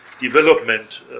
development